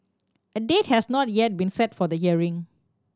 a date has not yet been set for the hearing